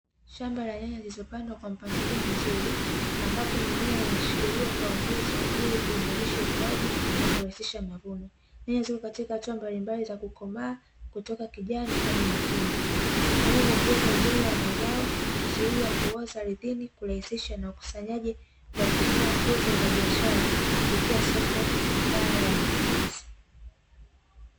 Shamba la nyanya zilizopandwa kwa mpangilio mzuri, ambapo mimea imeshikiliwa kwa nguzo ili kuimarisha ukuaji na kurahisisha mavuno. Nyanya ziko katika hatua mbalimbali za kukomaa, kutoka kijani hadi nyekundu. Mfumo huu huongeza ubora wa mazao, kuzuia kuoza ardhini, kurahisisha na ukusanyaji wa kutoa fursa za biashara kupitia soko pana la matumizi.